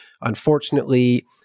unfortunately